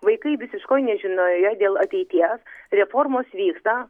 vaikai visiškoj nežinioje dėl ateities reformos vyksta